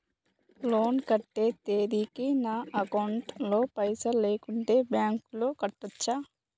Loan కట్టే తేదీకి నా అకౌంట్ లో పైసలు లేకుంటే బ్యాంకులో కట్టచ్చా?